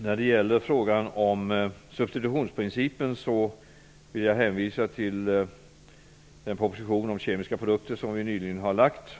När det gäller frågan om substitutionsprincipen vill jag hänvisa till den proposition om kemiska produkter som regeringen nyligen har lagt fram.